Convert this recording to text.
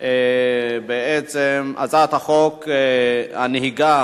היא הצעת חוק הנהיגה